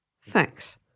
Thanks